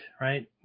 right